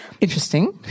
interesting